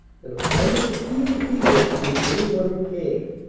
and a promise that he would be there to meet any one who came.